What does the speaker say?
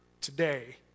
today